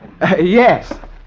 Yes